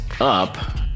up